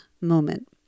moment